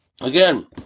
Again